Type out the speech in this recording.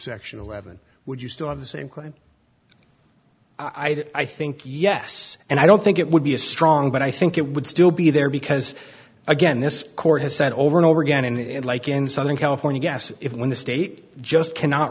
section eleven would you still have the same question i think yes and i don't think it would be a strong but i think it would still be there because again this court has said over and over again and like in southern california guess if when the state just cannot